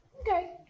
Okay